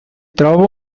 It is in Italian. trova